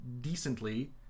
decently